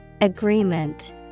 Agreement